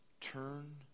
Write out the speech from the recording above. turn